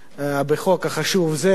לחוק החשוב הזה.